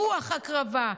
רוח הקרבה,